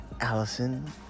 Allison